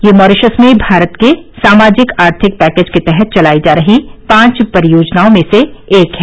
यह मॉरीशस में भारत के सामाजिक आर्थिक पैकेज के तहत चलाई जा रही पांच परियोजनाओं में से एक है